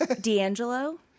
D'Angelo